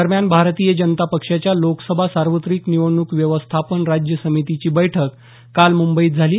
दरम्यान भारतीय जनता पक्षाच्या लोकसभा सार्वत्रिक निवडणूक व्यवस्थापन राज्य समितीची बैठक काल मुंबईत झाली